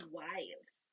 wives